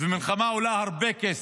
ומלחמה עולה הרבה כסף.